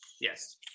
Yes